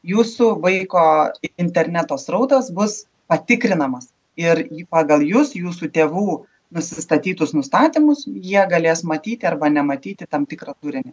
jūsų vaiko interneto srautas bus patikrinamas ir į pagal jus jūsų tėvų nusistatytus nustatymus jie galės matyti arba nematyti tam tikrą turinį